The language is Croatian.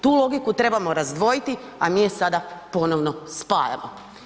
Tu logiku trebamo razdvojiti, a mi je sada ponovno spajamo.